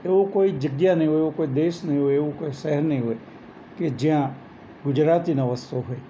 એવી કોઈ જગ્યા નહીં હોય એવો કોઈ દેશ નહીં હોય એવું કોઈ શહેર નહીં હોય કે જ્યાં ગુજરાતી ન વસતો હોય